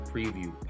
Preview